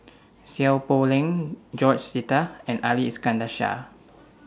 Seow Poh Leng George Sita and Ali Iskandar Shah